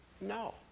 no